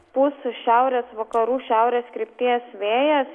pūs šiaurės vakarų šiaurės krypties vėjas